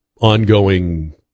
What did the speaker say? ongoing